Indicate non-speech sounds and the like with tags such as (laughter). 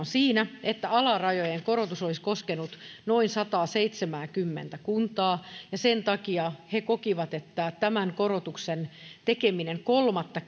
(unintelligible) siinä että alarajojen korotus olisi koskenut noin sataaseitsemääkymmentä kuntaa ja sen takia he kokivat että tämän korotuksen tekeminen kolmatta (unintelligible)